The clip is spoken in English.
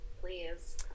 Please